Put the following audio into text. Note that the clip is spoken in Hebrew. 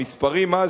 המספרים אז,